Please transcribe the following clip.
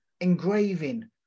engraving